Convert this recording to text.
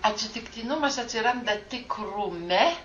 atsitiktinumas atsiranda tikrume